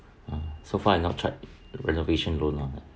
so far in orchard renovation loan lah